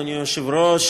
אדוני היושב-ראש,